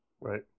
Right